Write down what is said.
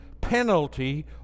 penalty